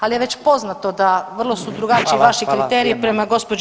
Ali je već poznato da vrlo su drugačiji vaši kriteriji prema gđi